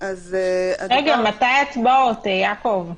מתי הצבעות, יעקב?